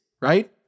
right